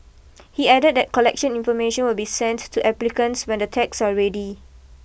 he added that collection information will be sent to applicants when the tags are ready